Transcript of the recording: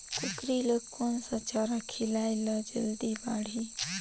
कूकरी ल कोन सा चारा खिलाय ल जल्दी बाड़ही?